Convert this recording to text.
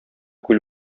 күл